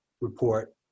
report